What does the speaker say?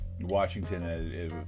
Washington